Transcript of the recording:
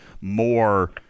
more